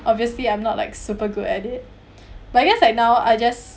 obviously I'm not like super good at it but I guess like now I just